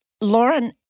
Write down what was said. Lauren